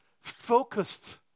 focused